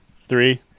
Three